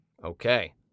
Okay